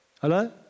Hello